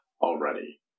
already